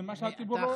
זה מה שהציבור לא יודע.